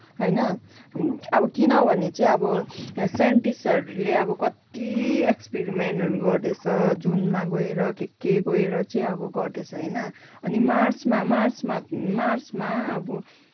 होइन अब किनभने चाहिँ अब साइन्टिस्टहरूले अब कति एक्सपिरिमेन्टहरू गर्दैछ जुनमा गएर के के गएर चाहिँ अब गर्दैछ होइन अनि मार्समा मार्समा मार्समा अब